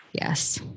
Yes